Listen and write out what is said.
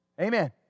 Amen